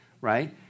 right